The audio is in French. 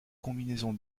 combinaisons